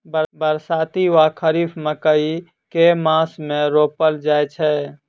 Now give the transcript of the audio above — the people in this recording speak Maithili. बरसाती वा खरीफ मकई केँ मास मे रोपल जाय छैय?